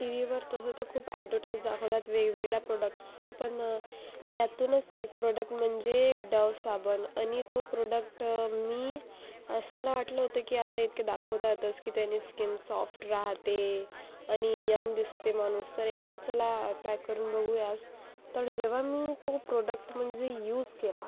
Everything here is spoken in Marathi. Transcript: टी व्हीवर तसं तर खूप ॲडव्हरटाईज दाखवतात वेगवेगळ्या प्रोडक्ट्सची पण त्यातूनच एक प्रोडक्ट म्हणजे डव साबण आणि तो प्रोडक्ट मी असं मला वाटलं होतं की आता इतके दाखवत आहेतच की त्याने इतकी स्किन सॉफ्ट राहते आणि यंग दिसते माणूस तर एकदा चला ट्राय करून बघूयाच तर जेव्हा मी तो प्रोडक्ट म्हणजे यूज केला